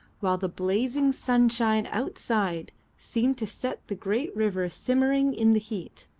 while the blazing sunshine outside seemed to set the great river simmering in the heat,